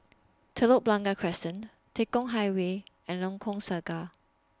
Telok Blangah Crescent Tekong Highway and Lengkok Saga